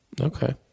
Okay